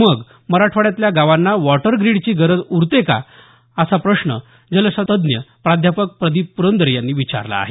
मग मराठवाड्यातल्या गावांना वॉटर ग्रीडची गरज उरते का असा प्रश्न जलतज्ञ प्राध्यापक प्रदीप प्रंदरे यांनी विचारला आहे